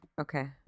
Okay